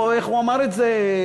איך הוא אמר את זה?